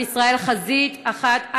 עם ישראל חזית אחת,